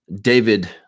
David